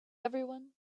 everyone